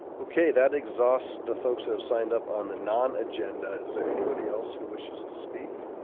okay, that exhausts the folks who have signed up on the non-agenda. is there anybody else who wishes to speak?